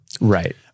Right